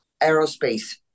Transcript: aerospace